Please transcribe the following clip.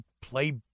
play